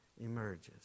emerges